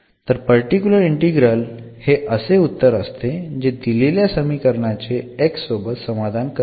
तर particular integral हे असे उत्तर असते जे दिलेल्या समीकरणाचे X सोबत समाधान करते